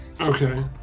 Okay